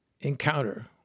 encounter